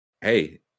hey